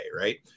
Right